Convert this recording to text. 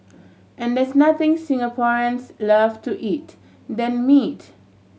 and there's nothing Singaporeans love to eat than meat